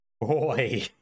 Boy